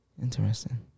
Interesting